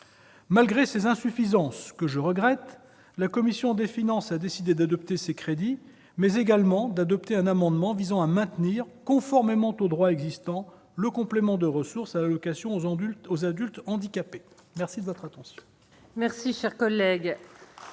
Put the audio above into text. Malgré ces insuffisances, que je regrette, la commission des finances a décidé d'adopter ces crédits, mais également de voter un amendement visant à maintenir, conformément au droit existant, le complément de ressources à l'allocation aux adultes handicapés. La parole est